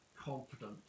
confidence